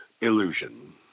illusion